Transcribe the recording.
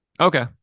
Okay